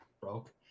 broke